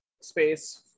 space